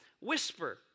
whisper